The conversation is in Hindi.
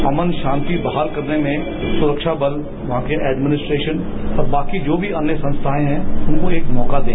अमन शांति बहाल करने में सुरक्षा बल वहां के एडमिनिस्ट्रेशन और बाकी जो भी अन्य संस्थाएं हैं उनको एक मौका दें